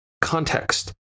context